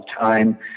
time